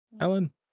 Alan